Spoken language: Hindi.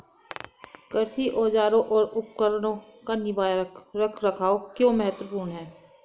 कृषि औजारों और उपकरणों का निवारक रख रखाव क्यों महत्वपूर्ण है?